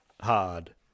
hard